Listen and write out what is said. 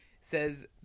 says